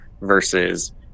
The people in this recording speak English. versus